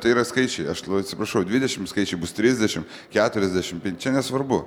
tai yra skaičiai aš labai atsiprašau dvidešimt skaičiai bus trisdešimt keturiasdešimt tai čia nesvarbu